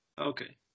Okay